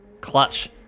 Clutch